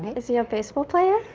is he a baseball player?